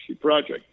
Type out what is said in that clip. Project